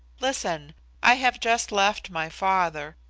listen i have just left my father.